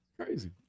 crazy